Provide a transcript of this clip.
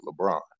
Lebron